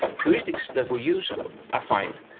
heuristics that we use are are fine.